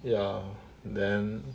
ya then